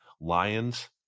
lions